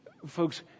Folks